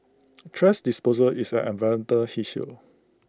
thrash disposal is an environmental issue